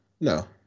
no